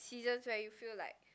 seasons where you feel like